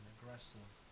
Aggressive